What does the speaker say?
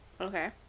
Okay